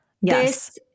yes